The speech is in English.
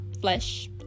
flesh